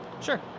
Sure